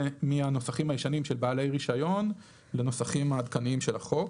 מהנוסחים הישנים של בעלי רישיון לנוסחים העדכניים של החוק.